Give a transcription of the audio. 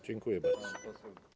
Dziękuję bardzo.